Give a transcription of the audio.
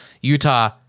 utah